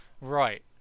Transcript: right